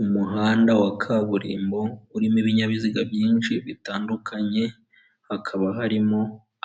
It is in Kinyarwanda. Umuhanda wa kaburimbo urimo ibinyabiziga byinshi bitandukanye hakaba harimo